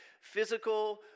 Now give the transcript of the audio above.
physical